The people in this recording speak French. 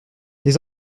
les